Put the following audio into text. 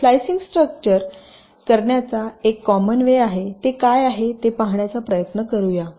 slicing structure ही करण्याचा एक कॉमन वे आहे ते काय आहे ते पाहण्याचा प्रयत्न करूया